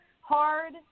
hard